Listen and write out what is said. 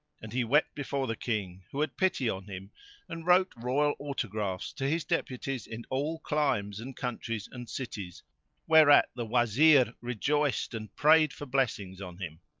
and he wept before the king, who had pity on him and wrote royal autographs to his deputies in all climes and countries and cities whereat the wazir rejoiced and prayed for blessings on him.